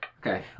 Okay